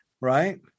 right